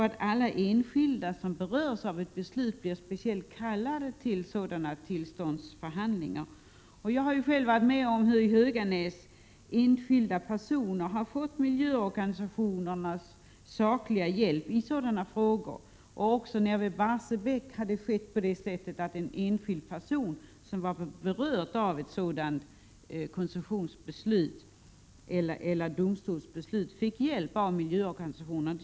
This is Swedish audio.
Alla enskilda som berörs av ett beslut blir speciellt kallade till sådana tillståndsförhandlingar. Jag har själv varit med om hur i Höganäs enskilda personer har fått miljöorganisationernas sakliga stöd i sådana frågor. Även vid Barsebäck hände det att en enskild person, som var berörd av domstolsbeslut om miljöstörningar fick hjälp av miljöorganisationerna.